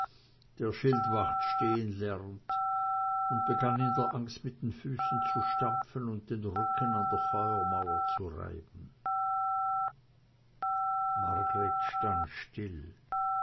der schildwacht stehen lernt und begann in der angst mit den füßen zu stampfen und den rücken an der feuermauer zu reiben margreth stand still